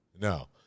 no